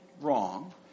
wrong